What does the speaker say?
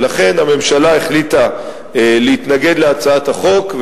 ולכן הממשלה החליטה להתנגד להצעת החוק,